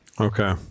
okay